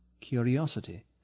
curiosity